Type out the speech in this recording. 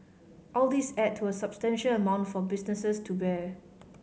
all these add to a substantial amount for businesses to bear